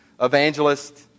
evangelist